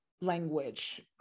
language